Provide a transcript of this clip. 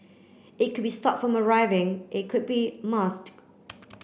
it could be stop from arriving it could be